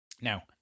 Now